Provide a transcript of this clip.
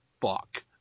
fuck